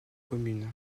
communes